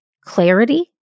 clarity